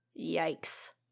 yikes